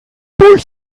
durch